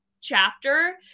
chapter